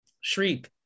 Shriek